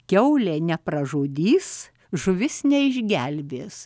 kiaulė nepražudys žuvis neišgelbės